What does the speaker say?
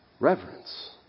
Reverence